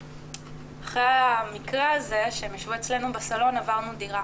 אחרי המקרה הזה שהם ישבו אצלנו בסלון עברנו דירה,